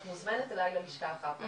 את מוזמנת אלי ללשכה אחר כך.